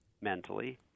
mentally –